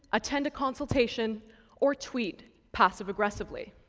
attend a consultation or tweet passive aggressively.